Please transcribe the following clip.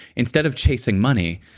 instead of chasing money,